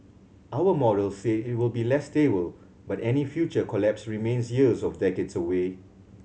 our models say it will be less stable but any future collapse remains years of decades away